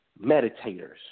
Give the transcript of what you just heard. meditators